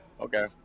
okay